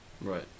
Right